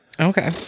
Okay